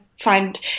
find